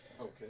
Okay